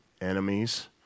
enemies